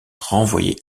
renvoyé